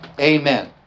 Amen